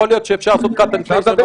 יכול להיות שאפשר לעשות cut and paste.